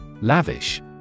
Lavish